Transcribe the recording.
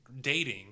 dating